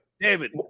David